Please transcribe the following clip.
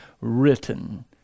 written